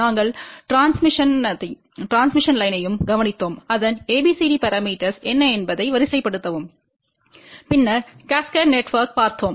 நாங்கள் டிரான்ஸ்மிஷன்த்தையும் கவனித்தோம் அதன் ABCD பரமீட்டர்ஸ் என்ன என்பதை வரிசைப்படுத்தவும் பின்னர் காஸ்கேட் நெட்வொர்க்கைப் பார்த்தோம்